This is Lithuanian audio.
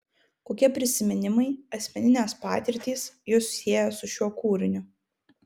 kokie prisiminimai asmeninės patirtys jus sieja su šiuo kūriniu